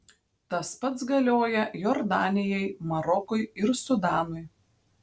tas pats galioja jordanijai marokui ir sudanui